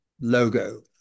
logo